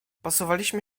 posuwaliśmy